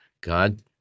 God